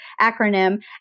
acronym